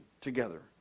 together